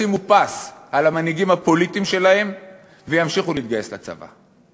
ישימו פס על המנהיגים הפוליטיים שלהם וימשיכו להתגייס לצבא.